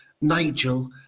Nigel